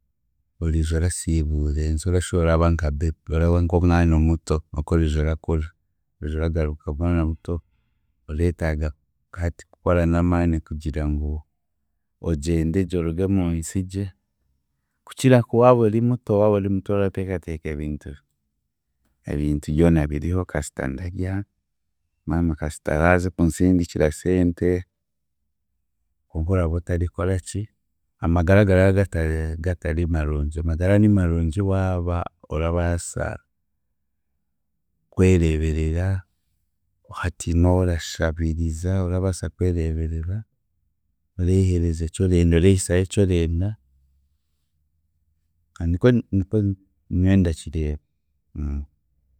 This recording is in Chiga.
Oriija orasiibuura ensi orashuba oraba nka baby oraba nk'omwana omuto okworiija orakura oriija oragaruka mwana muto, oreetaaga hati kukora n'amaani kugira ngu ogyende gye oruge omunsi gye kukira waaba ori muto, waaba ori omwana muto oroorateekateeka ebintu, ebintu byona biriho kasita ndarya, maama kasita araaze kunsindikira sente, konka oraba otarakoraki, amagara gara gatara gatari marungi. Amagara nimarungi waaba orabaasa kwereeberera, hatiine ou orashabiiriza, orabaasa kwereeberera, oreeheereza eki orenda, oreehisaho eky'orenda kanikwe, nikwe nyo ndakireeba